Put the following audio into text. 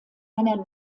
einer